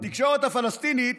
בתקשורת הפלסטינית